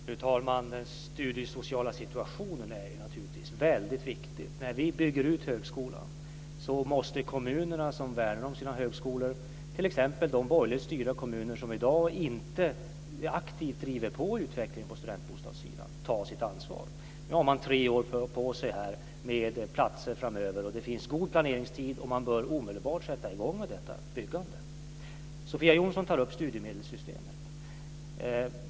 Fru talman! Den studiesociala situationen är naturligtvis väldigt viktig. När vi bygger ut högskolan måste de kommuner som värnar om sina högskolor, t.ex. de borgerligt styrda kommuner som i dag inte aktivt driver på utvecklingen på studentbostadssidan, ta sitt ansvar. Nu har de tre år på sig med platser framöver. Det finns god planeringstid, och de bör omedelbart sätta i gång med detta byggande. Sofia Jonsson tar upp studiemedelssystemet.